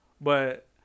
but-